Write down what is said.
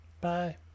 Bye